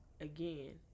again